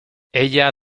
ella